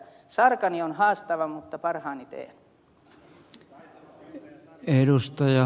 sarkani on haastava mutta parhaani teen